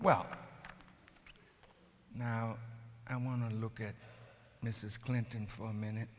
well now i want to look at mrs clinton for a minute